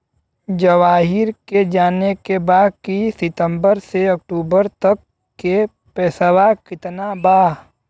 जवाहिर लाल के जाने के बा की सितंबर से अक्टूबर तक के पेसवा कितना बा?